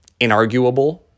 inarguable